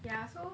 ya so